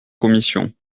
commission